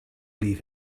leave